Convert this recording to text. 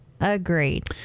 agreed